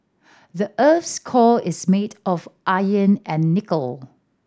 the earth's core is made of and nickel